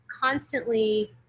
constantly